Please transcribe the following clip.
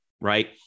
right